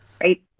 right